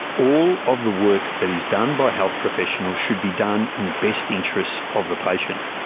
all of the work that is done by health professionals should be done in the best interests of the patient.